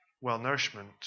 well-nourishment